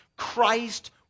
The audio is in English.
Christ